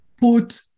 put